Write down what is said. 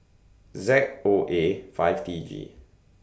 Z O A five T G